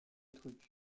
trucs